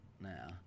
now